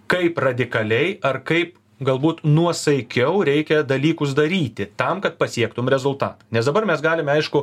kaip radikaliai ar kaip galbūt nuosaikiau reikia dalykus daryti tam kad pasiektum rezultatą nes dabar mes galime aišku